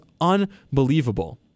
unbelievable